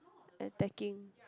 attacking